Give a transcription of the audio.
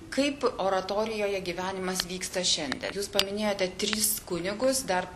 kaip oratorijoje gyvenimas vyksta šiandien jūs paminėjote tris kunigus dar